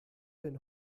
denn